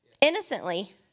innocently